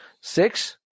Six